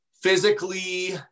physically